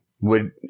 would-